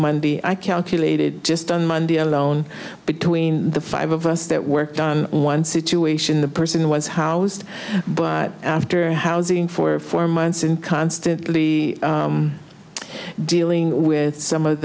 monday i calculated just on monday alone between the five of us that worked on one situation the person was housed but after housing for four months and constantly dealing with some